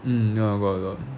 mm ya got got